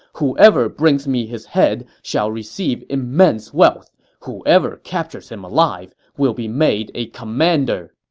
whoever brings me his head shall receive immense wealth. whoever captures him alive will be made a commander.